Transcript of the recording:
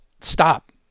Stop